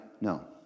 no